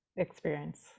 experience